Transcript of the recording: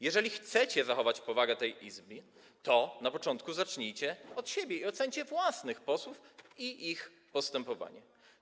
Jeżeli chcecie zachować powagę tej Izby, to na początku zacznijcie od siebie i oceńcie własnych posłów i ich postępowanie.